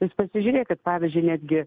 jūs pasižiūrėkit pavyzdžiui netgi